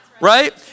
right